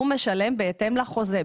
הוא משלם בהתאם לחוזה.